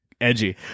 edgy